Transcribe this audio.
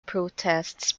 protests